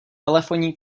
telefonní